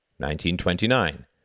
1929